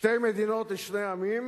שתי מדינות לשני עמים?